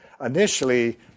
initially